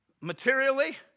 materially